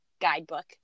guidebook